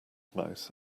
mouth